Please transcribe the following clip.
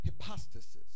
hypostasis